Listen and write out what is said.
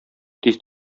тиз